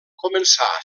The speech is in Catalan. començà